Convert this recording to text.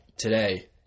today